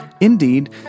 Indeed